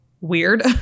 weird